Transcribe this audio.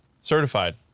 certified